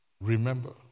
Remember